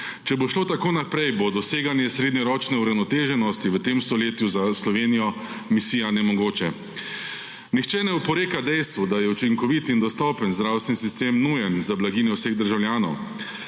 Če bo šlo tako naprej, bo doseganje srednjeročne uravnoteženosti v tem stoletju za Slovenijo misije nemogoče. Nihče ne oporeka dejstvu, da je učinkovit in dostopen zdravstveni sistem nujen za blaginjo vseh državljanov,